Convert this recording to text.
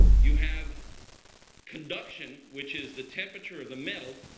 you have conduction, which is the temperature of the metal.